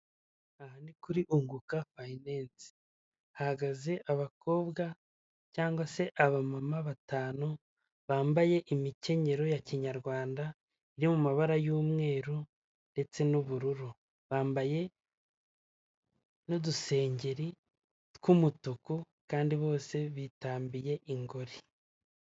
Aha ni kuri inguka fiyinense hahagaze abakobwa cyangwa se abamama batanu bambaye imikenyero ya kinyarwanda yo mu mabara y'umweru ndetse n'ubururu. Bambaye n'udusengeri tw'umutuku kandi bose bitambiye ingori.